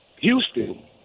Houston